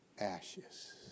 Ashes